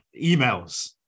emails